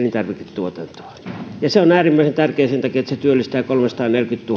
elintarviketuotantoa ja se on äärimmäisen tärkeää sen takia että se työllistää kolmesataaneljäkymmentätuhatta